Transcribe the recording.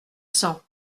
sang